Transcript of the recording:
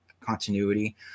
continuity